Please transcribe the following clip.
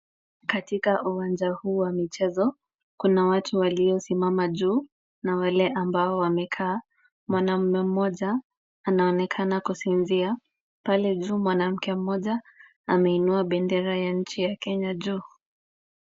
Katika uwanja huu wa michezo, kuna watu waliosimama juu na wale ambao wamekaa. Mwanaume mmoja anaonekana kusinzia. Pale juu mwanamke mmoja ameinua bendera ya nchi ya Kenya juu.